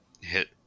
hit